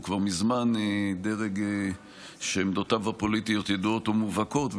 כבר מזמן דרג שעמדותיו הפוליטיות ידועות ומובהקות.